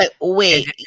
Wait